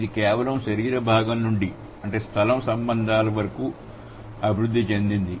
ఇది కేవలం శరీర భాగం నుండి స్థల సంబంధాల వరకు అభివృద్ధి చెందింది